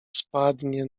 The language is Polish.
spadnie